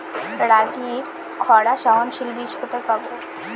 রাগির খরা সহনশীল বীজ কোথায় পাবো?